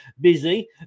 busy